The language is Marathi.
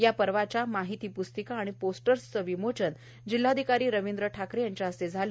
या पर्वाच्या माहिती प्स्तिका आणि पोस्टर्सचे विमोचन जिल्हाधिकारी रवींद्र ठाकरे यांच्या हस्ते करण्यात आले